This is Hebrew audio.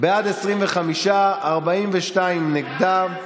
אבל דעו לכם,